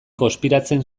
konspiratzen